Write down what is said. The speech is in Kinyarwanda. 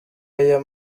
aya